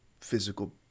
physical